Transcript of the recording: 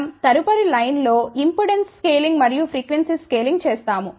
మనం తదుపరి లైన్ లో ఇంపెడెన్స్ స్కేలింగ్ మరియు ఫ్రీక్వెన్సీ స్కేలింగ్ చేస్తాము